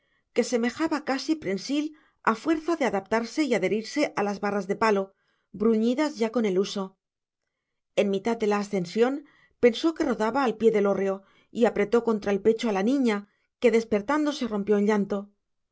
que semejaba casi prensil a fuerza de adaptarse y adherirse a las barras de palo bruñidas ya con el uso en mitad de la ascensión pensó que rodaba al pie del hórreo y apretó contra el pecho a la niña que despertándose rompió en llanto